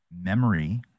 memory